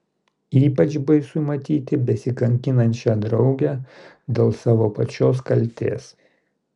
ypač baisu matyti besikankinančią draugę dėl savo pačios kaltės